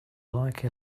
like